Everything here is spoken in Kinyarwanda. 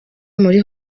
muri